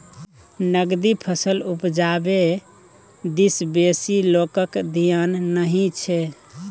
नकदी फसल उपजाबै दिस बेसी लोकक धेआन नहि छै